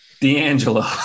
D'Angelo